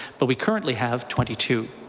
but we currently have twenty two.